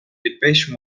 depeche